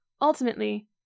Ultimately